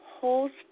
holds